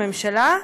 הממשלה,